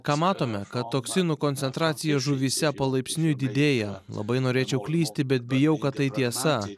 ką matome kad toksinų koncentracija žuvyse palaipsniui didėja labai norėčiau klysti bet bijau kad tai tiesa